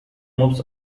moves